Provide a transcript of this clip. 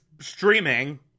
streaming